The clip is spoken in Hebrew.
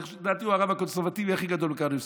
לדעתי הוא הרב הקונסרבטיבי הכי גדול בקליפורניה,